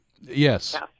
Yes